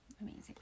Amazing